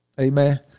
Amen